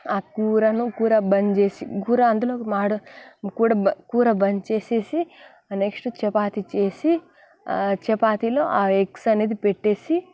ఆ కూరను కూర బంద్ చేసేసి కూర అందులో మాడ కూర కూర బంద్ చేసేసి ఆ నెక్స్ట్ చపాతి చేసి ఆ చపాతీలు ఆ ఎగ్స్ అనేది పెట్టేసి